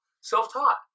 Self-taught